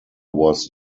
was